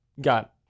got